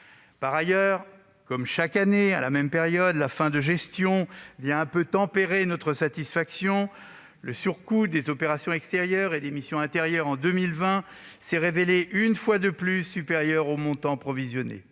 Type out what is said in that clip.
Par ailleurs, comme chaque année à la même période, la fin de gestion vient un peu tempérer notre satisfaction. Le surcoût des opérations extérieures et des missions intérieures en 2020 s'est révélé une fois de plus supérieur aux montants provisionnés.